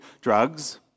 drugs